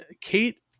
Kate